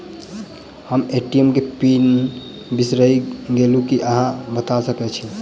हम ए.टी.एम केँ पिन बिसईर गेलू की अहाँ बता सकैत छी?